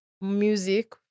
music